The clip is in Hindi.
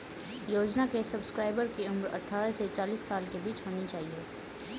योजना के सब्सक्राइबर की उम्र अट्ठारह से चालीस साल के बीच होनी चाहिए